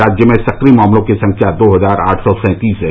राज्य में सक्रिय मामलों की संख्या दो हजार आठ सौ सैंतीस है